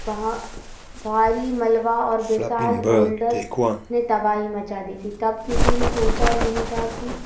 वहाँ भारी मलवा और विशाल बोल्डर ने तबाही मचा दी थी तब किसी ने सोचा नहीं था कि